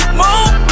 move